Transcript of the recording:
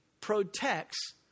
protects